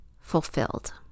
fulfilled